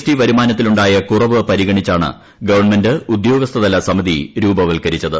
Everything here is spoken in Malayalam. ടി വരുമാനത്തിൽ ഉണ്ടായ കുറവ് പരിഗണിച്ചാണ് ഗവൺമെന്റ് ഉദ്യോഗസ്ഥ തല സമിതി രൂപവൽക്കരിച്ചത്